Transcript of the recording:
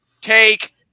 take